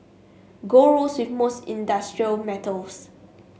gold rose with most industrial metals